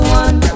one